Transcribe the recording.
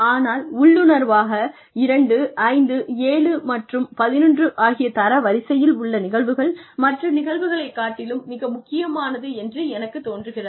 ஆனால் உள்ளுணர்வாக 257 மற்றும் 11 ஆகிய தரவரிசையில் உள்ள நிகழ்வுகள் மற்ற நிகழ்வுகளை காட்டிலும் மிக முக்கியமானது என்று எனக்குத் தோன்றுகிறது